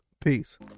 peace